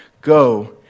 Go